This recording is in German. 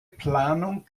planung